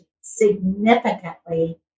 significantly